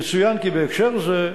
יצוין כי בהקשר זה,